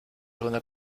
segunda